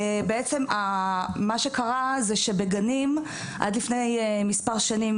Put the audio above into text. בעצם מה שקרה זה שבגנים עד לפני מספר שנים